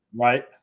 Right